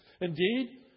Indeed